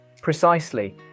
Precisely